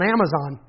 Amazon